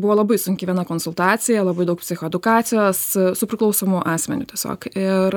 buvo labai sunki viena konsultacija labai daug psichoedukacijos su priklausomu asmeniu tiesiog ir